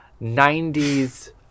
90s